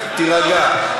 תירגע.